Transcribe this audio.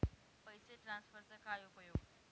पैसे ट्रान्सफरचा काय उपयोग?